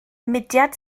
mudiad